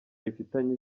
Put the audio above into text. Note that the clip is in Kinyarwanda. bifitanye